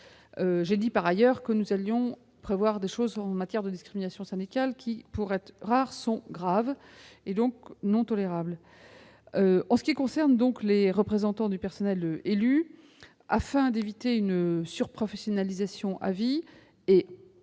J'ai dit, par ailleurs, que nous allions prévoir des dispositions en matière de discriminations syndicales, qui, si elles sont rares, sont graves et, donc, non tolérables. En ce qui concerne les représentants du personnel élus, il s'agit d'éviter une surprofessionnalisation à vie.